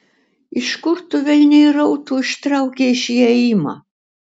iš kur tu velniai rautų ištraukei šį ėjimą